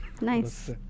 Nice